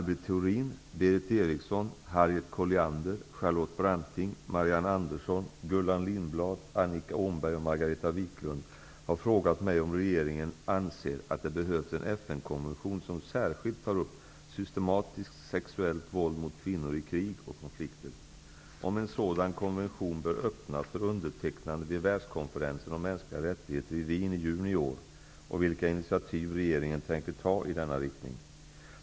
Fru talman! Maj Britt Theorin, Berith Eriksson, Margareta Viklund har frågat mig om regeringen anser att det behövs en FN-konvention som särskilt tar upp systematiskt sexuellt våld mot kvinnor i krig och konflikter, om en sådan konvention bör öppnas för undertecknande vid Världskonferensen om mänskliga rättigheter i Wien i juni i år och vilka initiativ regeringen tänker ta i denna riktning.